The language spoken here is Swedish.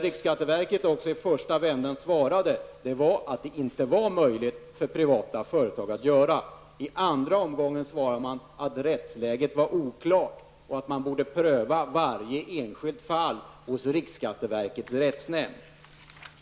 Riksskatteverket svarade också i första vändan att det inte var möjligt för privata företag att ingå sådana avtal. I andra omgången svarade man att rättsläget var oklart och att man borde pröva varje enskilt fall hos riksskatteverkets rättsnämnd.